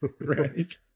Right